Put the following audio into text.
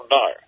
no